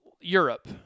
Europe